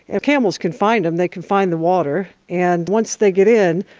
and camels can find them, they can find the water, and once they get in,